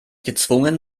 gezwungen